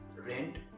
rent